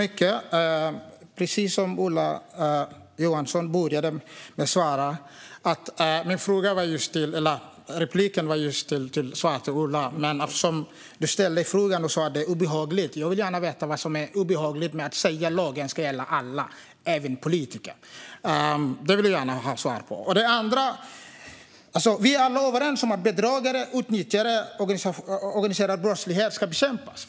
Fru talman! Jag inledde min replik med att svara Ola Möller. Men eftersom Ola Johansson säger att det är obehagligt vill jag gärna veta vad det är som är obehagligt med att jag säger att lagen ska gälla alla, även politiker. Vi är alla överens om att bedragare, utnyttjare och organiserad brottslighet ska bekämpas.